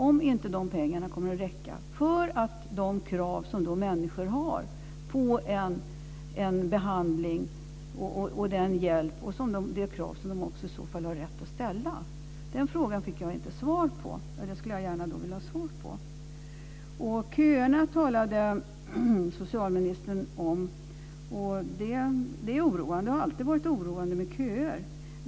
Vad händer om pengarna inte kommer att räcka på grund av de krav som människor har på behandling och hjälp - krav som de också har rätt att ställa? Den frågan fick jag inte något svar på, men det skulle jag gärna vilja ha. Köerna talade socialministern om. Det är oroande och har alltid varit oroande med köer.